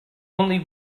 only